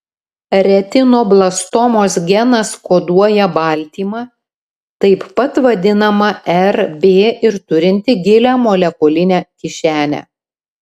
retinoblastomos genas koduoja baltymą taip pat vadinamą rb ir turintį gilią molekulinę kišenę